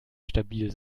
stabil